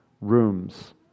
rooms